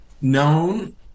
known